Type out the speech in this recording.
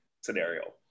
scenario